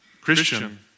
Christian